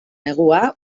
negua